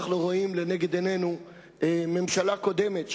אנחנו רואים לנגד עינינו ממשלה קודמת,